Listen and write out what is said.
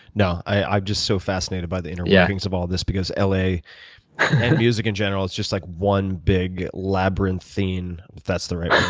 no, i'm just so fascinated by the inner workings of all this, because la and music in general, it's just like one big labyrinth thing, if that's the right word.